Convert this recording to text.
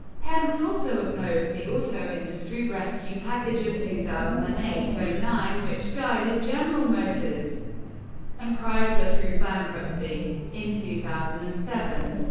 pence also opposed the auto industry rescue package of two thousand and eight nine, which guided general motors and chrysler through bankruptcy. in two thousand and seven,